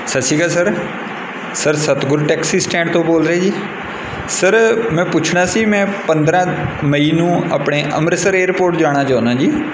ਸਤਿ ਸ਼੍ਰੀ ਅਕਾਲ sir sir Satgur taxi stand ਤੋਂ ਬੋਲ ਰਹੇ ਜੀ ਸਰ ਮੈਂ ਪੁੱਛਣਾ ਸੀ ਮੈਂ ਪੰਦਰਾਂ ਮਈ ਨੂੰ ਆਪਣੇ ਅੰਮ੍ਰਿਤਸਰ ਏਅਰਪੋਰਟ ਜਾਣਾ ਚਾਹੁੰਦਾ ਜੀ